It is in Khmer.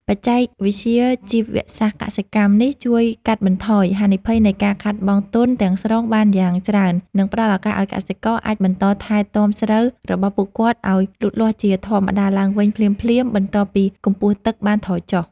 បច្ចេកវិទ្យាជីវសាស្ត្រកសិកម្មនេះជួយកាត់បន្ថយហានិភ័យនៃការខាតបង់ទុនទាំងស្រុងបានយ៉ាងច្រើន និងផ្តល់ឱកាសឱ្យកសិករអាចបន្តថែទាំស្រូវរបស់ពួកគាត់ឱ្យលូតលាស់ជាធម្មតាឡើងវិញភ្លាមៗបន្ទាប់ពីកម្ពស់ទឹកបានថយចុះ។